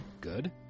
Good